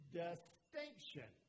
distinction